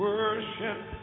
Worship